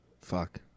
fuck